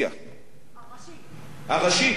הראשית.